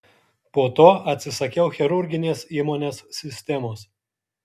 po to atsisakiau chirurginės įmonės sistemos